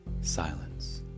silence